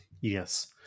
Yes